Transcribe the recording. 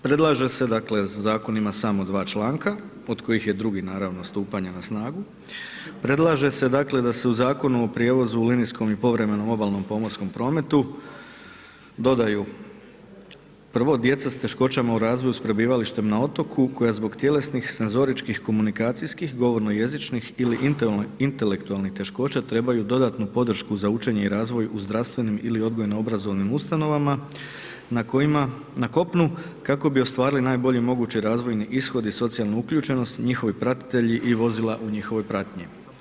Predlaže se dakle, zakon ima samo dva članka, od kojih je drugi naravno stupanje na snagu, predlaže se dakle da se u Zakonu o prijevozu u linijskom i povremenom obalnom pomorskom prometu dodaju prvo djeca s teškoćama u razvoju sa prebivalištem na otoku koja zbog tjelesnih, senzoričkih, komunikacijskih, govorno-jezičnih ili intelektualnih teškoća, trebaju dodatnu podršku za učenje i razvoj u zdravstvenim ili odgojno-obrazovnim ustanovama na kopnu kako bi ostvarili najbolji mogući razvojni ishod i socijalnu uključenost, njihovi pratitelji i vozila u njihovoj pratnji.